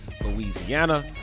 Louisiana